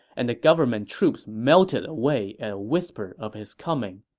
and the government troops melted away at a whisper of his coming.